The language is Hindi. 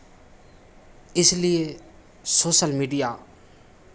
इसलिए सोशल मीडिया